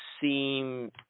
seem